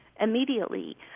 immediately